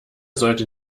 sollte